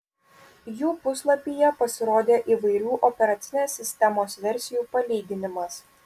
jų puslapyje pasirodė įvairių operacinės sistemos versijų palyginimas